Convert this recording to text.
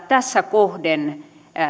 tässä kohden